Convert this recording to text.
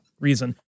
reason